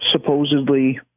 supposedly